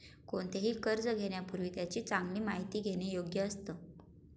कोणतेही कर्ज घेण्यापूर्वी त्याची चांगली माहिती घेणे योग्य असतं